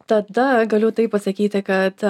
tada galiu taip pasakyti kad